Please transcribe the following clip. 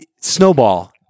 snowball